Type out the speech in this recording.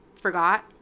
forgot